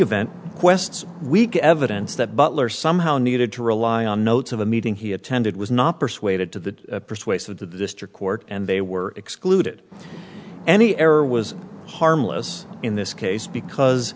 event quests weak evidence that butler somehow needed to rely on notes of a meeting he attended was not persuaded to that persuasive that the district court and they were excluded any error was harmless in this case because